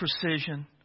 precision